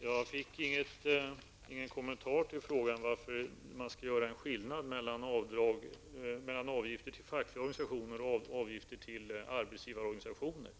Fru talman! Jag fick ingen kommentar till frågan varför man skall göra skillnad mellan avgifter till fackliga organisationer och avgifter till arbetsgivarorganisationer.